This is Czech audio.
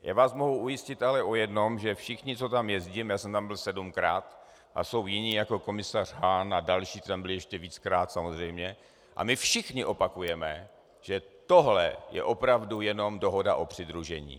Já vás mohu ujistit ale o jednom, že všichni, co tam jezdíme já jsem tam byl sedmkrát a jsou jiní, jako komisař Hahn a další, kteří tam byli ještě víckrát, samozřejmě a my všichni opakujeme, že tohle je opravdu jenom dohoda o přidružení.